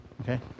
Okay